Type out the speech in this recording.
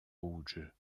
rouge